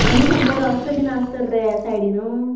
आनी खंयचो रस्तो बी आसा तर रे ह्या सायडीन